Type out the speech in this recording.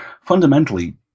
Fundamentally